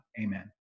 Amen